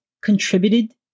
contributed